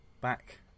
back